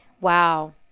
Wow